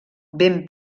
ben